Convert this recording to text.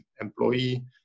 employee